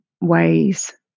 ways